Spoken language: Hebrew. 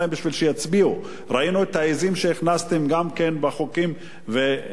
ראינו את העזים שהכנסתם גם כן בחוקים והשיפורים האלה,